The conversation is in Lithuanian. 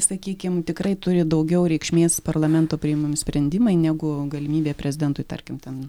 sakykim tikrai turi daugiau reikšmės parlamento priimami sprendimai negu galimybė prezidentui tarkim ten